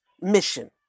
mission